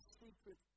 secret